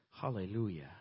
Hallelujah